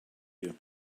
you